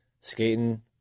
skating